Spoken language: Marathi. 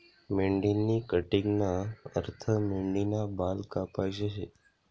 मेंढीनी कटिंगना अर्थ मेंढीना बाल कापाशे शे